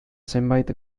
zenbait